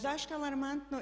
Zašto je alarmantno?